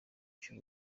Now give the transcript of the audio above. cy’u